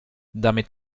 damit